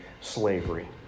slavery